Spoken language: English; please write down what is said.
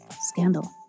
Scandal